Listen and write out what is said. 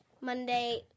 Monday